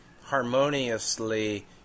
harmoniously